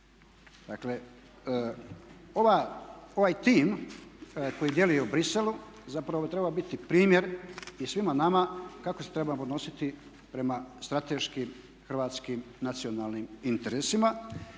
Dakle ovaj tim koji djeluje u Briselu zapravo bi trebao biti primjer i svima nama kako se trebamo odnositi prema strateškim hrvatskim nacionalnim interesima.